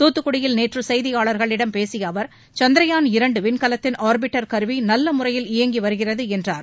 துத்துக்குடியில் நேற்று செய்தியாளர்களிடம் பேசிய அவர் சந்திரயாள் இரண்டு விண்கலத்தின் ஆர்பிட்டர் கருவி நல்ல முறையில் இயங்கி வருகிறது என்றார்